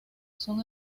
son